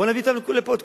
בואו נביא את כולם לפה,